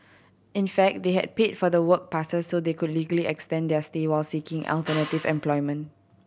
in fact they had paid for the work passes so they could legally extend their stay while seeking alternative employment